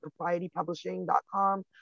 proprietypublishing.com